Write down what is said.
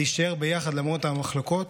להישאר ביחד למרות המחלוקות,